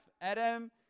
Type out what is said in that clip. Adam